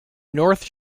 north